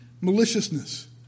Maliciousness